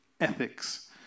ethics